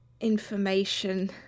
information